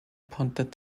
ponte